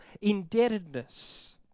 indebtedness